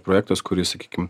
projektas kuris sakykim